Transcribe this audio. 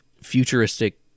futuristic